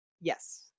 yes